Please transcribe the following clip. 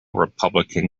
republican